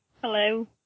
Hello